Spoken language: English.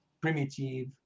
primitive